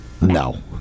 No